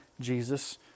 jesus